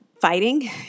fighting